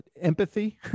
empathy